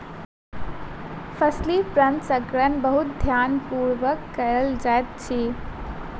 फसील प्रसंस्करण बहुत ध्यान पूर्वक कयल जाइत अछि